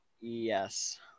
Yes